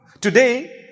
Today